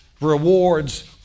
rewards